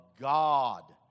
God